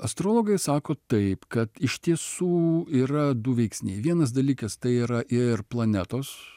astrologai sako taip kad iš tiesų yra du veiksniai vienas dalykas tai yra ir planetos